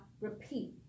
repeat